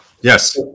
Yes